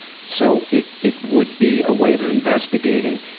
so it it would be a way of of investigating,